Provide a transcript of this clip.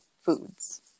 foods